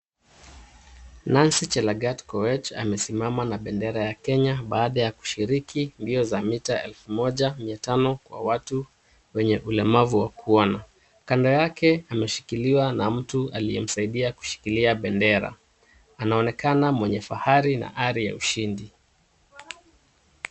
Nancy Chelangat Koech amesimama na bendera ya Kenya baada ya kushiriki mbio za mita elfu moja mia tano kwa watu wenye ulemavu wa kuona. Kando yake ameshikiliwa na mtu aliyemsaidia kushikilia bendera anaonekana mwenye fahari na ari ya ushindi.